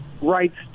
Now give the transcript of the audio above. rights